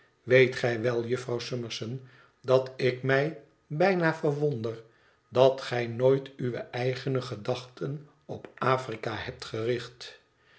weet gij wel jufvrouw summerson dat ik mij bijna verwonder dat gij nooit uwe eigene gedachten op afrika hebt gericht